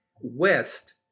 West